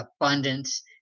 abundance